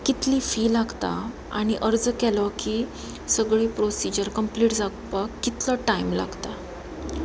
कितली फी लागता आनी अर्ज केलो की सगळी प्रोसिजर कंप्लीट जावपाक कितलो टायम लागता